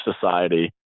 society